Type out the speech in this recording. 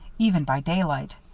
even by daylight,